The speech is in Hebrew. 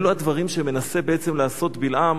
אלו הדברים שמנסה בעצם לעשות בלעם.